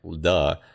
duh